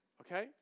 okay